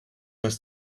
was